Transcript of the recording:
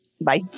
bye